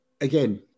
again